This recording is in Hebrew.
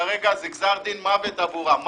כרגע זה גזר דין מוות עבורם.